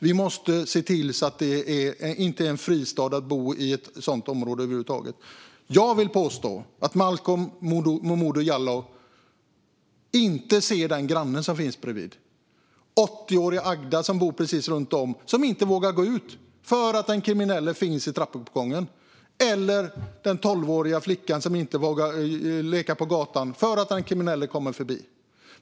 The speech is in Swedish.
Vi måste se till att sådana områden inte blir fristäder. Jag vill påstå att Malcolm Momodou Jallow inte ser grannen som bor bredvid. Det kan vara 80-åriga Agda som inte vågar gå ut för att det finns en kriminell i samma trappuppgång. Det kan vara en tolvårig flicka som inte vågar leka på gatan där den kriminelle rör sig.